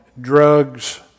drugs